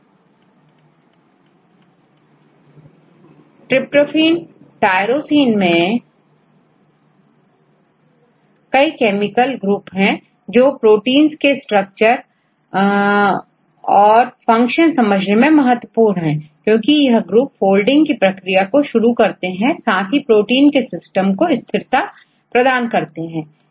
Tryptophane tyrosine मैं कई chemical group है जो प्रोटींस के स्ट्रक्चर ऑफ फंक्शन समझने में महत्वपूर्ण है क्योंकि यह ग्रुप फोल्डिंग की प्रक्रिया को शुरू करते हैं साथ ही प्रोटीन के सिस्टम को स्थिरता प्रदान करते हैं